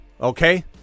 okay